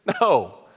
No